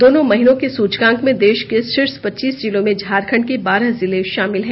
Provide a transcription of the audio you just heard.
दोनों महीनों के सूचकांक में देश के शीर्ष पच्चीस जिलों में झारखंड के बारह जिले शामिल हैं